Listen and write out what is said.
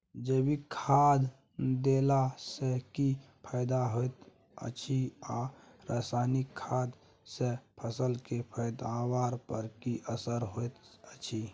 जैविक खाद देला सॅ की फायदा होयत अछि आ रसायनिक खाद सॅ फसल के पैदावार पर की असर होयत अछि?